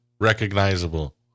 Recognizable